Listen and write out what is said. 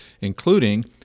including